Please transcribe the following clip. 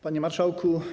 Panie Marszałku!